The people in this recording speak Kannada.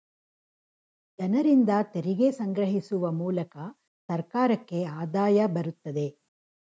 ಜನರಿಂದ ತೆರಿಗೆ ಸಂಗ್ರಹಿಸುವ ಮೂಲಕ ಸರ್ಕಾರಕ್ಕೆ ಆದಾಯ ಬರುತ್ತದೆ